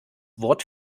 wort